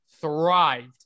thrived